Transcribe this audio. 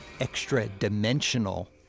extra-dimensional